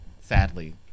sadly